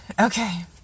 Okay